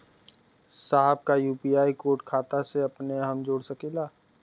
साहब का UPI code खाता से अपने हम जोड़ सकेला?